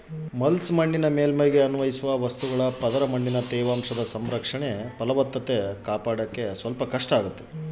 mulch ಮಣ್ಣಿನ ಮೇಲ್ಮೈಗೆ ಅನ್ವಯಿಸುವ ವಸ್ತುಗಳ ಪದರ ಮಣ್ಣಿನ ತೇವಾಂಶದ ಸಂರಕ್ಷಣೆ ಫಲವತ್ತತೆ ಕಾಪಾಡ್ತಾದ